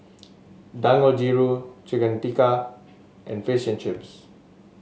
Dangojiru Chicken Tikka and Fish and Chips